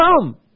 come